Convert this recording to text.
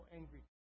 angry